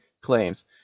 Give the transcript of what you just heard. claims